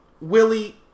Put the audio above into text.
Willie